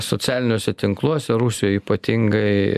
socialiniuose tinkluose rusijoj ypatingai